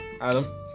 Adam